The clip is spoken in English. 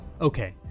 Okay